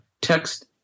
text